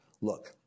Look